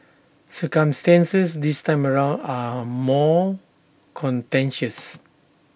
circumstances this time around are more contentious